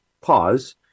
pause